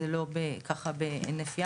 זה לא ככה בהינף יד.